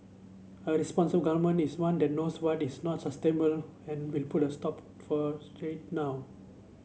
a responsible government is one that knows what is not sustainable and will put a stop for now